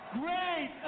great